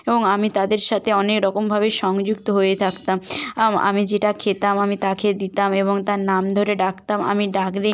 এবং আমি তাদের সাথে অনেক রকমভাবেই সংযুক্ত হয়ে থাকতাম আমি যেটা খেতাম আমি তাকে দিতাম এবং তার নাম ধরে ডাকতাম আমি ডাকলে